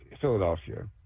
philadelphia